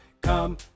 Come